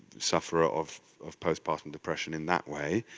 sufferer of of postpartum depression in that way,